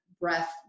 breath